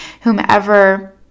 whomever